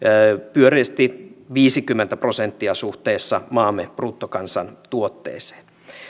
pyöreästi viisikymmentä prosenttia suhteessa maamme bruttokansantuotteeseen